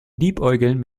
liebäugeln